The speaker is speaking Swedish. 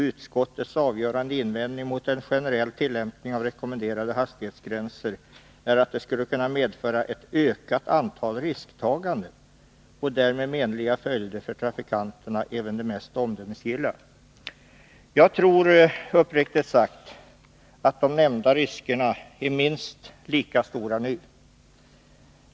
Utskottets avgörande invändning mot en generell tillämpning av rekommenderade hastighetsgränser är att de skulle kunna medföra ett ökat antal risktaganden och därmed menliga följder för trafikanterna, även de mest omdömesgilla.” Jag tror, uppriktigt sagt, att de nämnda riskerna är minst lika stora nu.